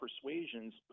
persuasions